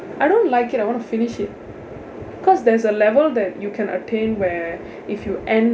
I don't like it I want to finish it cos there's a level that you can attain where if you end